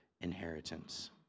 inheritance